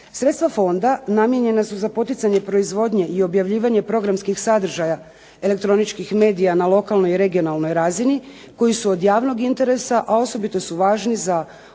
Sredstva fonda namijenjena su za poticanje proizvodnje i objavljivanje programskih sadržaja elektroničkih medija na lokalnoj i regionalnoj razini koji su od javnog interesa a osobito su važni za ostvarivanje